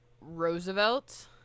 Roosevelt